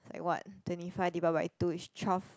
is like what twenty five divide by two is twelve